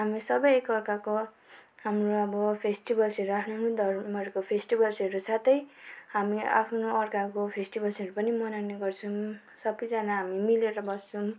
हामी सबै एकअर्काको हाम्रो अब फेस्टिभल्सहरू आफ्नो आफ्नो धर्महरूको फेस्टिभल्सहरू साथै हामी आफ्नो अर्काको फेस्टिभल्सहरू पनि मनाउने गर्छौँ सबैजाना हामी मिलेर बस्छौँ